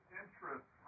interest